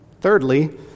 thirdly